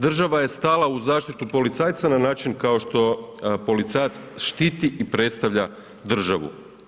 Država je stala u zaštitu policajca na način kao što policajac štiti i predstavlja državu.